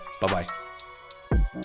Bye-bye